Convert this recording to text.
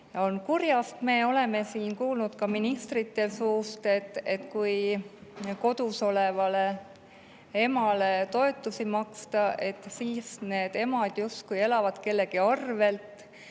on kurjast. Me oleme siin kuulnud ka ministrite suust, et kui kodus olevale emale toetusi maksta, siis need emad elavad justkui kellegi arvel.